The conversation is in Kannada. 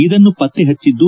ಇದನ್ನು ಪತ್ತೆಹಚ್ಯದ್ದು